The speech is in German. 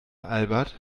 albert